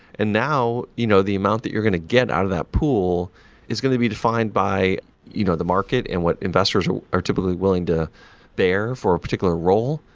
and now, you know the amount that you're going to get out of that pool is going to be defined by you know the market and what investors are are typically willing to bear for a particular role.